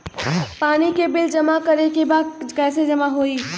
पानी के बिल जमा करे के बा कैसे जमा होई?